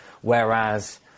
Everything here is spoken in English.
whereas